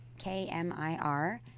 KMIR